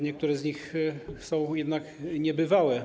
Niektóre z nich są jednak niebywałe.